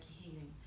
healing